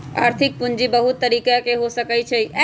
आर्थिक पूजी बहुत तरिका के हो सकइ छइ